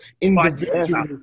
individual